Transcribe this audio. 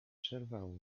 przerwała